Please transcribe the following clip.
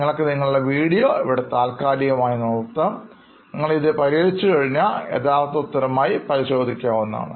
നിങ്ങൾക്ക് നിങ്ങളുടെ വീഡിയോ ഇവിടെ താൽക്കാലികമായി നിർത്താം നിങ്ങൾ ഇത് പരിഹരിച്ചു കഴിഞ്ഞാൽ യഥാർത്ഥ ഉത്തരവുമായി പരിശോധിക്കാവുന്നതാണ്